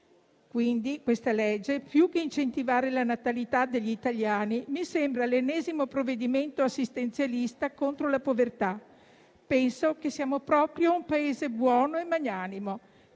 legge, pertanto, più che incentivare la natalità degli italiani, mi sembra l'ennesimo provvedimento assistenzialista contro la povertà: penso che siamo proprio un Paese buono e magnanimo.